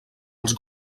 els